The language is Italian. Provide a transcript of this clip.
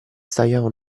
stagliava